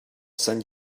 send